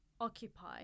occupy